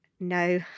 No